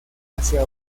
hacia